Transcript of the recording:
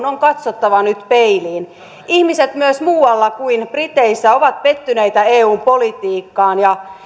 on katsottava nyt peiliin ihmiset myös muualla kuin briteissä ovat pettyneitä eun politiikkaan ja